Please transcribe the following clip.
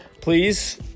Please